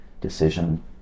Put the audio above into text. decision